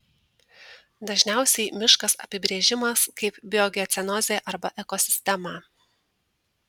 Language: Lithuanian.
dažniausiai miškas apibrėžimas kaip biogeocenozė arba ekosistema